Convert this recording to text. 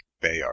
Bayard